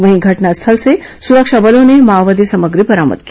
वहीं घटनास्थल से सुरक्षा बलों ने माओवादी सामग्री बरामद की